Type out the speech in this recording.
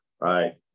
right